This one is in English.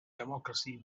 democracy